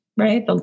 right